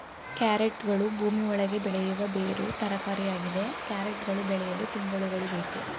ಕ್ಯಾರೆಟ್ಗಳು ಭೂಮಿ ಒಳಗೆ ಬೆಳೆಯುವ ಬೇರು ತರಕಾರಿಯಾಗಿದೆ ಕ್ಯಾರೆಟ್ ಗಳು ಬೆಳೆಯಲು ತಿಂಗಳುಗಳು ಬೇಕು